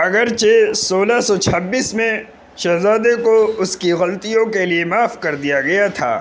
اگرچہ سولہ سو چھبیس میں شہزادے کو اس کی غلطیوں کے لیے معاف کر دیا گیا تھا